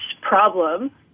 problem